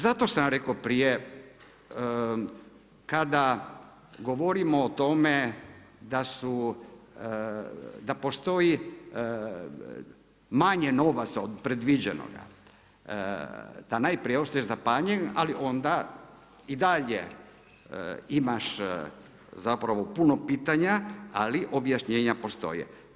Zato sam rekao prije kada govorimo o tome da postoji manje novaca od predviđenoga, da najprije ostaneš zapanjen, ali onda da i dalje imaš zapravo putno pitanje, ali objašnjenje postoje.